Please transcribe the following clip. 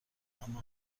اما